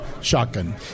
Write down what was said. shotgun